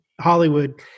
Hollywood